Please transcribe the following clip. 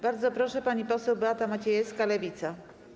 Bardzo proszę, pani poseł Beata Maciejewska, Lewica.